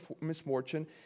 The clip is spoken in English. misfortune